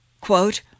Quote